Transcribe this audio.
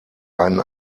einen